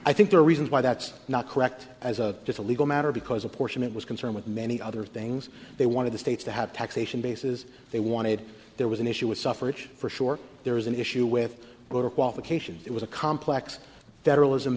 i think there are reasons why that's not correct as a legal matter because a portion it was concerned with many other things they wanted the states to have taxation bases they wanted there was an issue with suffered for sure there was an issue with voter qualifications it was a complex federalis